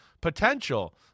potential